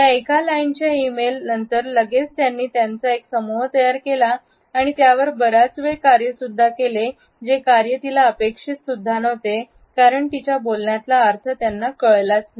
त्या एका लाईनचे ईमेल नंतरलगेचत्यांनी आपल्या एक समूह तयार केला आणि त्यावर बराच वेळ वेळ कार्य सुद्धा केले जे कार्य तिला अपेक्षित सुद्धा नव्हते कारण तिच्या बोलण्यातला अर्थ त्यांना कळलाच नाही